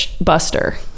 Buster